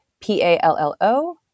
P-A-L-L-O